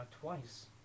twice